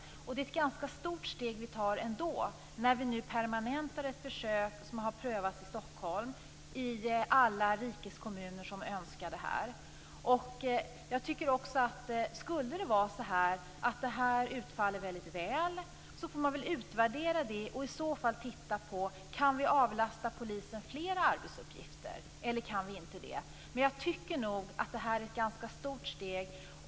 Vi tar ändå ett ganska stort steg när vi nu permanentar ett försök, som har prövats i Stockholm, i alla rikets kommuner som önskar det här. Om det här utfaller väl får man utvärdera och i så fall titta på om vi kan avlasta polisen fler arbetsuppgifter eller inte. Men jag tycker att det här är ett ganska stort steg.